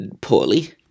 poorly